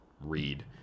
read